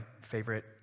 favorite